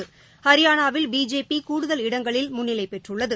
ஹரியானாவில் பிஜேபி கூடுதல் இடங்களில் முன்னிலை பெற்றுள்ளது